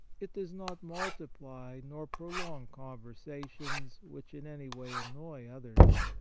it does not multiply nor prolong conversations which in any way annoy others.